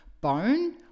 bone